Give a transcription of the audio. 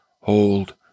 hold